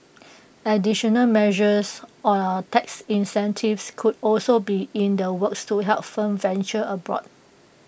additional measures or tax incentives could also be in the works to help firms venture abroad